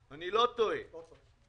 אומץ?